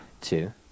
Two